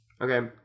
okay